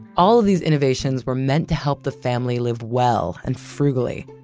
all of these innovations were meant to help the family live well and frugally.